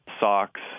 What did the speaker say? socks